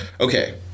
okay